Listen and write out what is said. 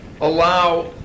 allow